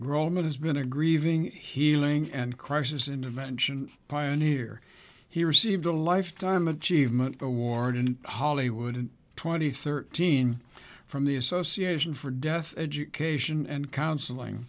roman has been a grieving healing and crisis intervention pioneer he received a lifetime achievement award in hollywood in twenty thirteen from the association for death education and counseling